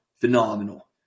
phenomenal